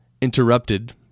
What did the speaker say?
interrupted